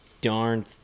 darn